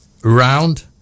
round